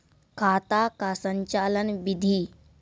खाता का संचालन बिधि?